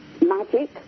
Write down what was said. magic